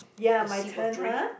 a sip of drink